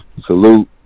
Salute